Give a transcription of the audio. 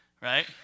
Right